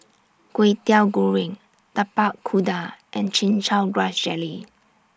Kwetiau Goreng Tapak Kuda and Chin Chow Grass Jelly